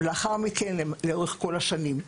ולאחר מכן לאורך כל השנים.